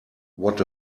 what